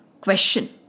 question